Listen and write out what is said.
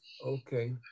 Okay